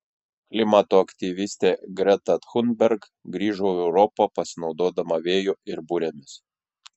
klimato aktyvistė greta thunberg grįžo į europą pasinaudodama vėju ir burėmis